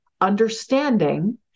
understanding